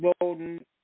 golden